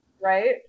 right